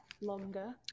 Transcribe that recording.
longer